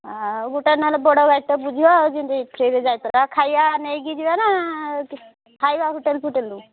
ଆଉ ଗୋଟେ ନ ହେଲେ ବଡ଼ ଗାଡ଼ିଟେ ବୁଝିବା ଯେମ୍ତି ଫ୍ରିରେ ଯାଇ ପାରିବା ଖାଇବା ନେଇକି ଯିବା ନା ଖାଇବା ହୋଟେଲ୍ ଫୋଟେଲ୍ରୁ